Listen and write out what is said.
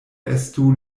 estu